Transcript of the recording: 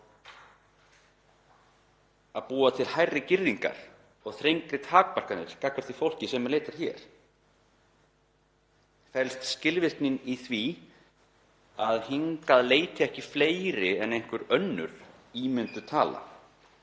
að búa til hærri girðingar og þrengri takmarkanir gagnvart því fólki sem leitar hingað? Felst skilvirknin í því að hingað leiti ekki fleiri en einhver önnur ímynduð tala,